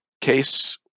case